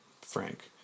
Frank